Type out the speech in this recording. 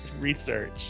research